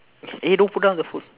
eh don't put down the phone